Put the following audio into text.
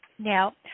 Now